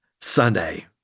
Sunday